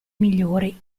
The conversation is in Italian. migliori